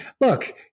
look